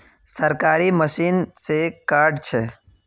सरकारी मशीन से कार्ड छै?